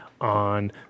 on